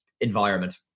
environment